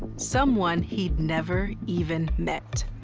someone he'd never even met.